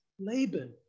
Laban